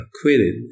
acquitted